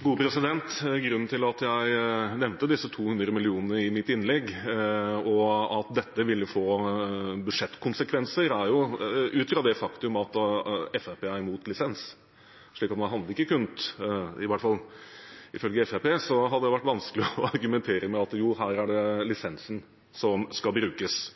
Grunnen til at jeg nevnte disse 200 mill. kr i mitt innlegg, og at dette ville få budsjettkonsekvenser, er det faktum at Fremskrittspartiet er imot lisens. Det ville i hvert fall for Fremskrittspartiet være vanskelig å argumentere med at det her er lisensen som skal brukes.